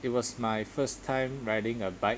it was my first time riding a bike